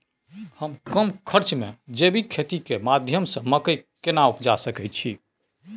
हम कम खर्च में जैविक खेती के माध्यम से मकई केना उपजा सकेत छी?